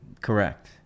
Correct